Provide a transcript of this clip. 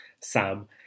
Sam